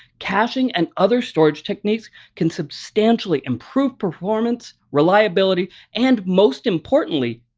caching and other storage techniques can substantially improve performance, reliability, and most importantly,